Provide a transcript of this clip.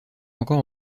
encore